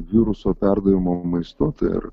viruso perdavimo maistu ir